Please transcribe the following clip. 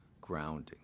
grounding